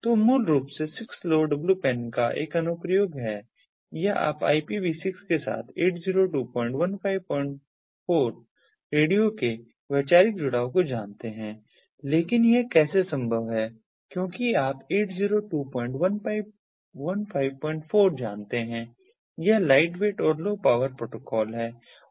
तो मूल रूप से 6LoWPAN एक अनुप्रयोग है या आप आईपीवी 6 के साथ 802154 रेडियो के वैचारिक जुड़ाव को जानते हैं लेकिन यह कैसे संभव है क्योंकि आप 802154 जानते हैं यह लाइटवेट और लो पावर प्रोटोकॉल है